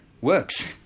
works